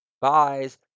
buys